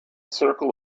circle